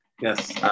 Yes